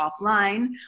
offline